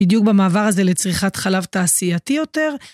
בדיוק במעבר הזה לצריכת חלב תעשייתי יותר.